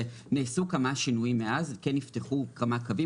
ונעשו כמה שינויים מאז כן נפתחו כמה קווים,